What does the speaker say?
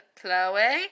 Chloe